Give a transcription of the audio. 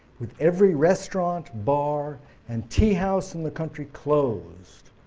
with every restaurant, bar and teahouse in the country closed.